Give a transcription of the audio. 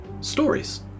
stories